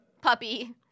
puppy